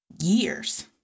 years